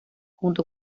junto